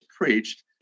preached